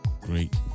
Great